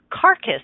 carcass